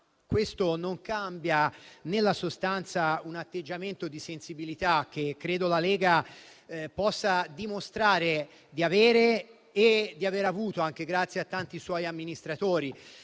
questo non cambia nella sostanza un atteggiamento di sensibilità che credo la Lega possa dimostrare di avere e di aver avuto, anche grazie a tanti suoi amministratori.